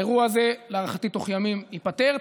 להערכתי, האירוע הזה ייפתר בתוך ימים.